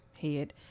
head